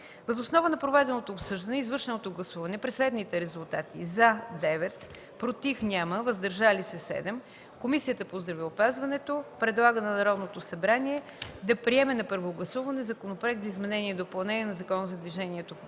Въз основа на проведеното обсъждане и извършеното гласуване при следните резултати: „за” 9 гласа, без „против” и 7 гласа „въздържали се”, Комисията по здравеопазването предлага на Народното събрание да приеме на първо гласуване Законопроект за изменение и допълнение на Закона за движението